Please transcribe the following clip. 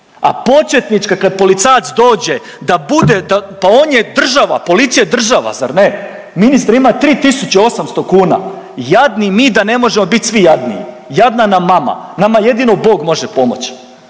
a početnička kad policajac dođe da bude pa on je država, policija je država zar ne, ministre imama 3.800 kuna. Jadni mi da ne možemo biti svi jadniji. Jadna nam mama, nama jedino Bog može pomoći,